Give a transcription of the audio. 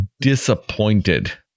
disappointed